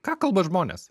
ką kalba žmonės